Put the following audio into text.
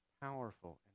powerful